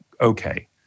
okay